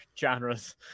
genres